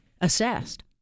assessed